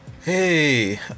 Hey